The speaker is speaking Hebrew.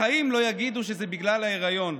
בחיים לא יגידו שזה בגלל ההיריון,